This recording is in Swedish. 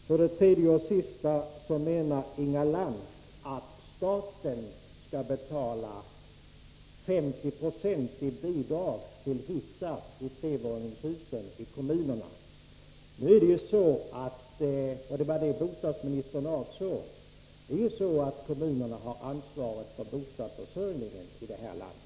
Slutligen menar Inga Lantz att staten till kommunerna skall betala 50 90 i bidrag till hissinstallationer i trevåningshus. Bostadsministern talade om detta. Kommunerna har anvaret för bostadsförsörjningen i detta land.